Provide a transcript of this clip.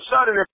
sudden